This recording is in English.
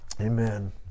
Amen